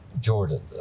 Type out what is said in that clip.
Jordan